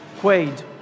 Quaid